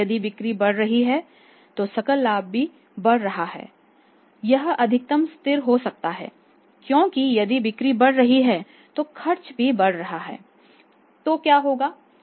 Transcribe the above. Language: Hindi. यदि बिक्री बढ़ रही है तो सकल लाभ भी बढ़ रहा है यह अधिकतम स्थिर हो सकता है क्योंकि यदि बिक्री बढ़ रही है तो खर्च भी बढ़ रहे हैं तो क्या होगा